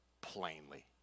plainly